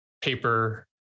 paper